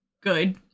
good